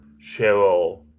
Cheryl